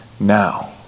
now